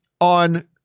on